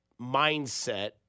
mindset